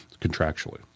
contractually